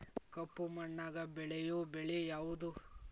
ಕಪ್ಪು ಮಣ್ಣಾಗ ಬೆಳೆಯೋ ಬೆಳಿ ಯಾವುದು?